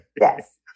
Yes